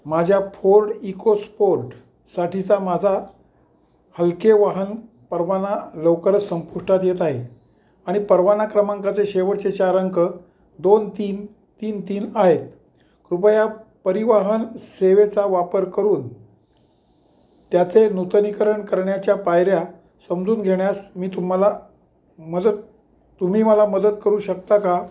माझ्या फोर्ड इकोस्पोर्टसाठीचा माझा हलके वाहन परवाना लवकरच संपुष्टात येत आहे आणि परवाना क्रमांकाचे शेवटचे चार अंक दोन तीन तीन तीन आहेत कृपया परिवहन सेवेचा वापर करून त्याचे नूतनीकरण करण्याच्या पायऱ्या समजून घेण्यास मी तुम्हाला मदत तुम्ही मला मदत करू शकता का